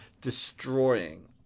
destroying